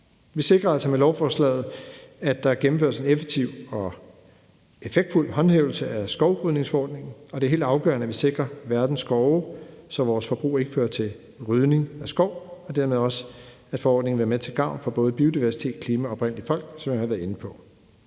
Vi sikrer altså med lovforslaget, at der gennemføres en effektiv og effektfuld håndhævelse af skovrydningsforordningen, og det er helt afgørende, at vi sikrer verdens skove, så vores forbrug ikke fører til rydning af skov, og dermed også, som jeg har været inde på, at forordningen vil være til gavn for både biodiversitet, klima og oprindelige folk. Så er der rejst nogle